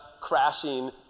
crashing